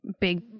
Big